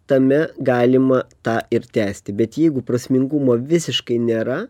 tame galima tą ir tęsti bet jeigu prasmingumo visiškai nėra